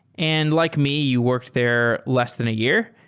and like me, you worked there less than a year.